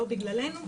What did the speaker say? לא בגללנו,